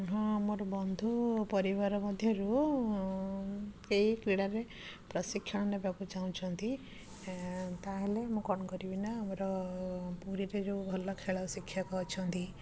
ହଁ ମୋର ବନ୍ଧୁ ପରିବାର ମଧ୍ୟରୁ କେହି କ୍ରୀଡ଼ାରେ ପ୍ରଶିକ୍ଷଣ ନେବାକୁ ଚାହୁଁଛନ୍ତି ତା'ହେଲେ ମୁଁ କ'ଣ କରିବି ନା ଆମର ପୁରୀରେ ଯେଉଁ ଭଲ ଖେଳ ଶିକ୍ଷକ ଅଛନ୍ତି